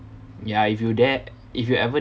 ya if you dare if you ever